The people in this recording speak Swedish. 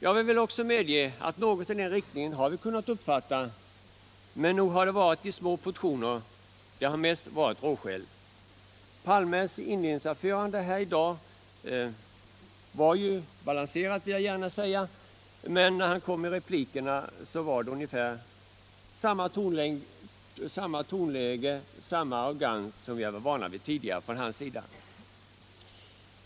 Jag vill också medge att något i den riktningen har vi kunnat uppfatta, men nog har det varit i små portioner — det har mest varit råskäll. Herr Palmes inledningsanförande här i dag var ju balanserat — det vill jag gärna säga — men när han kom till replikerna var det ungefär samma tonläge, samma arrogans som vi tidigare varit vana vid från hans sida.